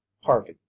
Harvey